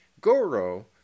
Goro